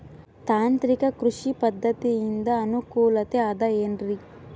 ತಾಂತ್ರಿಕ ಕೃಷಿ ಪದ್ಧತಿಯಿಂದ ಅನುಕೂಲತೆ ಅದ ಏನ್ರಿ?